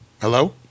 Hello